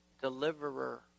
Deliverer